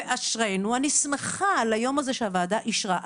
ואשרינו ואני שמחה על היום הזה שהוועדה אישרה.